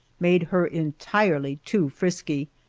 made her entirely too frisky,